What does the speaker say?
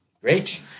Great